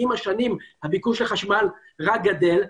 עם השנים הביקוש לחשמל רק גדל.